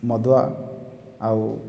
ମଦୁଆ ଆଉ